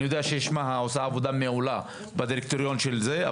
אני יודע ששמעה עושה עבודה מעולה בדירקטוריון של זה.